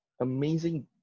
amazing